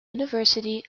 university